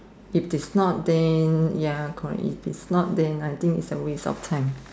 if it is not then ya correct if it is not then I think is a waste of time